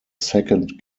second